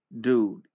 dude